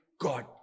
God